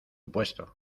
puesto